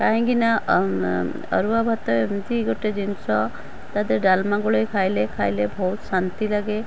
କାହିଁକି ନା ଅରୁଆ ଭାତ ଏମିତି ଗୋଟେ ଜିନିଷ ତା ଦିହରେ ଡାଲମା ଗୋଳେଇକି ଖାଇଲେ ଖାଇଲେ ବହୁତ ଶାନ୍ତି ଲାଗେ